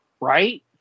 right